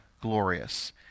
glorious